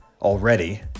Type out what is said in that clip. already